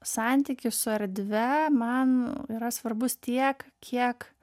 santykis su erdve man yra svarbus tiek kiek